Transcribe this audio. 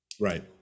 right